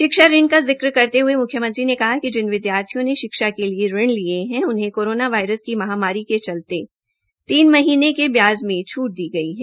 शिक्षा ऋण का जिक करते हुए मुख्यमंत्री ने कहा कि जिन विद्यार्थियों ने शिक्षा के लिए ऋण लिए हैं उन्हें कोरोना वायरस की महामारी के चलते तीन महीने के ब्याज में छट दी गई है